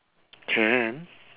can